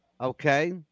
okay